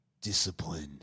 discipline